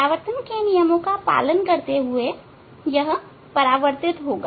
परावर्तन के नियमों का पालन करते हुए यह परावर्तित होगा